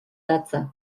datza